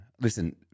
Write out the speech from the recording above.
Listen